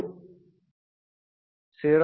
001 x10 12 വരെ എഴുതണം അത് നമ്മൾക്ക് fs 1